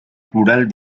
plural